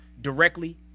directly